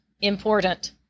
important